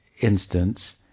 instance